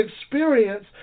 experience